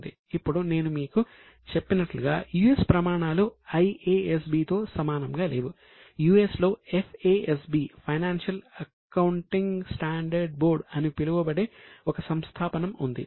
ఇప్పుడు నేను మీకు చెప్పినట్లుగా యుఎస్ అని పిలువబడే ఒక సంస్థాపనం ఉంది